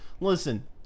listen